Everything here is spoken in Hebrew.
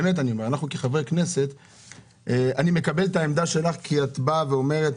אני מקבל את העמדה כי את אומרת,